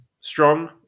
Strong